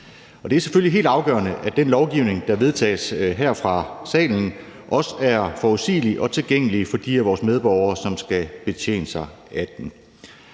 det er selvfølgelig helt afgørende, at den lovgivning, der vedtages her i salen, også er forudsigelig og tilgængelig for de af vores medborgere, som skal betjene sig af den.